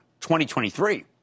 2023